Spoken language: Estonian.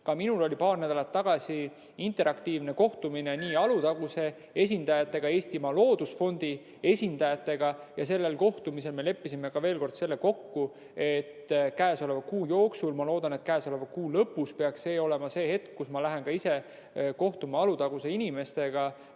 Ka minul oli paar nädalat tagasi interaktiivne kohtumine Alutaguse esindajatega ja Eestimaa Looduse Fondi esindajatega. Sellel kohtumisel me leppisime veel kord kokku selle, et käesoleva kuu jooksul – ma loodan, et käesoleva kuu lõpus – peaks olema see hetk, kus ma lähen ka ise kohtuma Alutaguse inimestega,